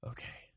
Okay